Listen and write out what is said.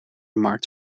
markt